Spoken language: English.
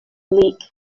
leak